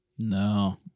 No